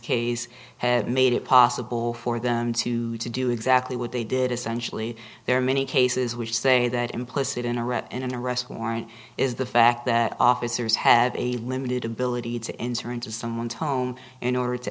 case have made it possible for them to do exactly what they did essentially there are many cases which say that implicit in arrest and arrest warrant is the fact that officers have a limited ability to enter into someone's home in order to